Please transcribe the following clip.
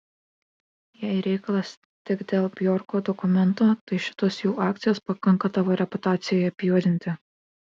jei reikalas tik dėl bjorko dokumento tai šitos jų akcijos pakanka tavo reputacijai apjuodinti